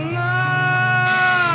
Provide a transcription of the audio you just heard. no